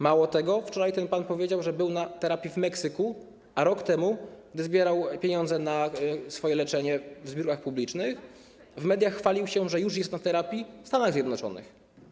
Mało tego, wczoraj ten pan powiedział, że był na terapii w Meksyku, a rok temu, gdy zbierał pieniądze na swoje leczenie w zbiórkach publicznych, w mediach chwalił się, że już jest na terapii w Stanach Zjednoczonych.